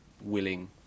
willing